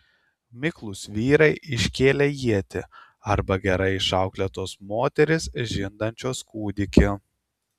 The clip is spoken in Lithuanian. miklūs vyrai iškėlę ietį arba gerai išauklėtos moterys žindančios kūdikį